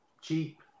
Cheap